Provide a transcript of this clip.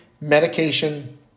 medication